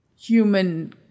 human